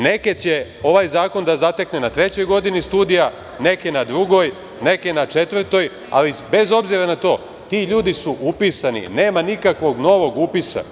Neke će ovaj zakon da zatekne na trećoj godini studija, neke na drugoj, neke na četvrtoj, ali bez obzira na to, ti ljudi su upisani i nema nikakvog novog upisa.